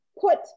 Put